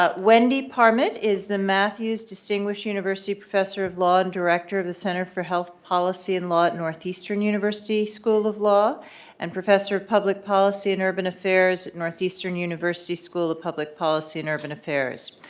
ah wendy parmet is the matthews distinguished university professor of law and director of the center for health policy and law at northeastern university school of law and professor of public policy and urban affairs at northeastern university school of public policy and urban affairs.